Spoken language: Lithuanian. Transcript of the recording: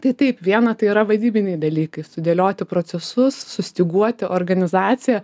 tai taip viena tai yra vadybiniai dalykai sudėlioti procesus sustyguoti organizaciją